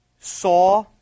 saw